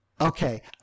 Okay